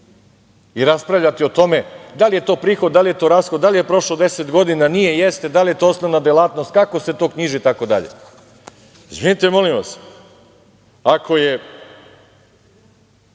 i raspravljati o tome da li je to prihod, da li je to rashod, da li je prošlo 10 godina, nije, jeste, da li je to osnovna delatnost, kako se to knjiži itd. Izvinite molim vas, ako je